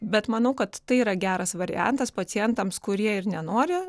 bet manau kad tai yra geras variantas pacientams kurie ir nenori